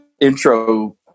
intro